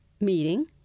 meeting